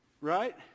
Right